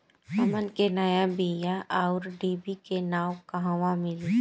हमन के नया बीया आउरडिभी के नाव कहवा मीली?